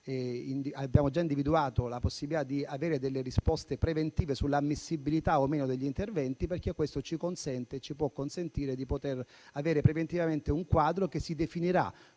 Abbiamo già individuato la possibilità di avere risposte preventive sull'ammissibilità o meno degli interventi, perché questo ci consente di avere preventivamente un quadro che si definirà